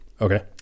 okay